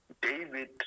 David